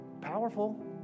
Powerful